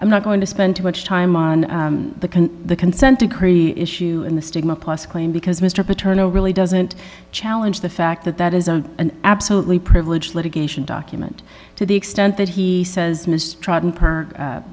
i'm not going to spend too much time on the consent decree issue in the stigma plus claim because mr paternal really doesn't challenge the fact that that is a an absolutely privileged litigation document to the extent that he says